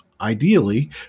ideally